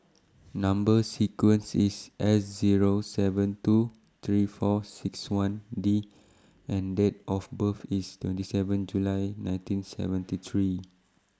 Number sequence IS S Zero seven two three four six one D and Date of birth IS twenty seven July nineteen seventy three